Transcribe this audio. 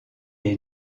est